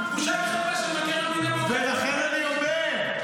בושה וחרפה שמבקר המדינה --- ולכן אני אומר,